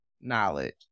knowledge